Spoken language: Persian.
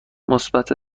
مثبت